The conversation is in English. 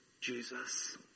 Jesus